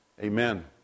amen